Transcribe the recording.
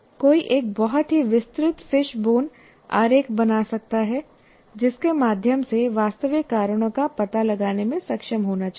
कोई एक बहुत ही विस्तृत फिशबोन आरेख बना सकता है जिसके माध्यम से वास्तविक कारणों का पता लगाने में सक्षम होना चाहिए